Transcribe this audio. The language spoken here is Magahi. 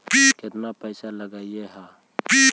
केतना पैसा लगय है?